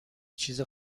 چیز